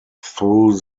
through